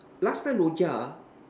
last time Rojak ah